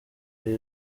ibi